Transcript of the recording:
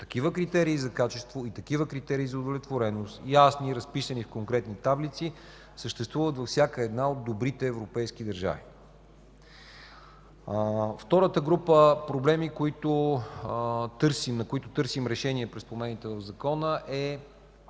Такива критерии за качество и удовлетвореност – ясни, разписани в конкретни таблици, съществуват във всяка една от добрите европейски държави. Втората група проблеми, на които търсим решение през промените в Закона, е